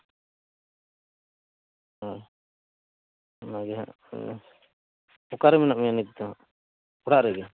ᱦᱮᱸ ᱚᱱᱟ ᱜᱮ ᱦᱟᱸᱜ ᱚᱠᱟᱨᱮ ᱢᱮᱱᱟᱜ ᱢᱮᱭᱟ ᱱᱤᱛ ᱫᱚ ᱚᱲᱟᱜ ᱨᱮᱜᱮ